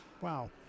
Wow